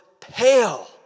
pale